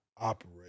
operate